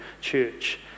church